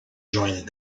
joined